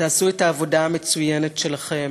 ותעשו את העבודה המצוינת שלכם,